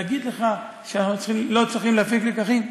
להגיד לך שאנחנו לא צריכים להפיק לקחים?